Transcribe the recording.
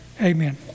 Amen